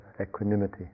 equanimity